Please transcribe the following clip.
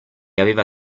aveva